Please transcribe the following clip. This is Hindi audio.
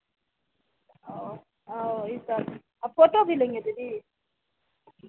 और् और ई सब और फोटो भी लेंगे दीदी